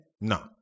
no